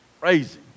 Crazy